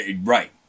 Right